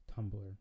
Tumblr